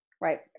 Right